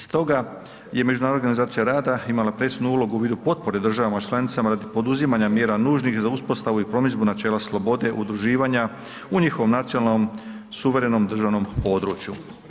Stoga je Međunarodna organizacija rada imala presudnu ulogu u vidu potpore državama članicama radi poduzimanja mjera nužnih za uspostavu i promidžbu načela slobode, udruživanja u njihovom nacionalnom, suverenom, državnom području.